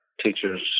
teachers